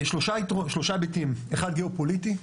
שלושה היבטים: אחד גיאופוליטי,